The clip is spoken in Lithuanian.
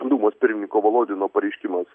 dūmos pirmininko volodino pareiškimas